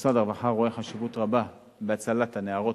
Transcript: משרד הרווחה רואה חשיבות רבה בהצלת נערות